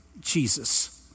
Jesus